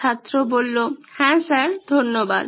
ছাত্র হ্যাঁ স্যার ধন্যবাদ